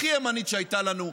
הכי ימנית שהייתה לנו,